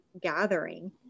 gathering